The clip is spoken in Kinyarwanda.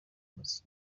muziki